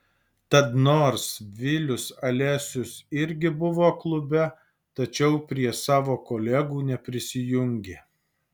tad nors vilius alesius irgi buvo klube tačiau prie savo kolegų neprisijungė